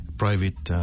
private